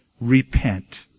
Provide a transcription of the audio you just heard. repent